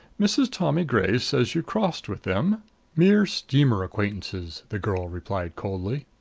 mrs. tommy gray says you crossed with them mere steamer acquaintances, the girl replied coldly.